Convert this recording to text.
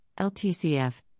LTCF